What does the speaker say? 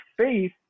faith